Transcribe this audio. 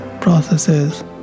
processes